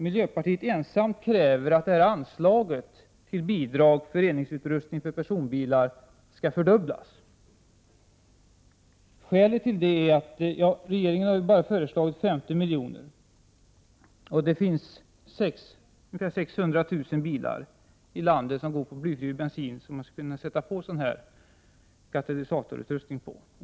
Miljöpartiet kräver i den ensamt att anslaget till bidrag för reningsutrustning för personbilar skall fördubblas. Skälet till det är att regeringen bara har föreslagit 50 miljoner till bidrag. Det finns ungefär 600 000 bilar i landet som går på blyfri bensin och på vilka man skulle kunna sätta katalysatorutrustning.